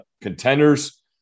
contenders